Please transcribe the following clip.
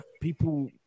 people